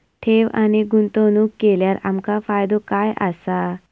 ठेव आणि गुंतवणूक केल्यार आमका फायदो काय आसा?